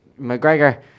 McGregor